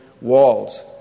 walls